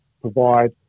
provide